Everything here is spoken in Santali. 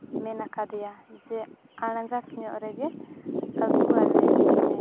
ᱢᱮᱱᱟᱠᱟᱫᱮᱭᱟ ᱡᱮ ᱟᱬᱜᱟᱛ ᱧᱚᱜ ᱨᱮᱜᱮ ᱟᱹᱜᱩᱣᱟᱞᱮᱢᱮ